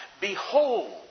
Behold